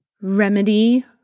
remedy